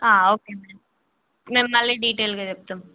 okay ma'am మేము మళ్ళీ డీటెయిల్గా చెప్తాము